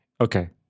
okay